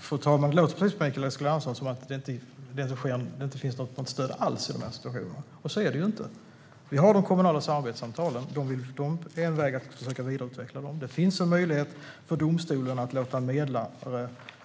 Fru talman! Det låter på Mikael Eskilandersson som att det inte finns något stöd alls i de här situationerna, men så är det ju inte. Vi har de kommunala samarbetssamtalen. En väg är att försöka vidareutveckla dem. Det finns en möjlighet för domstolen att